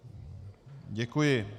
Děkuji.